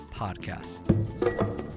podcast